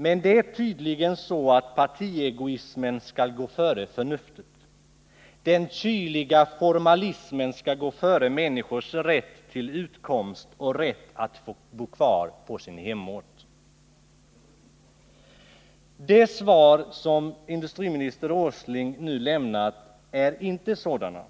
Men det är tydligen så att partiegoismen skall gå före förnuftet. Den kyliga formalismen skall gå före människors rätt till utkomst och rätt att få bo kvar på De svar som industriminister Åsling nu lämnat är inte sådana